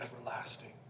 everlasting